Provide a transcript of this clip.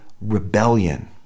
rebellion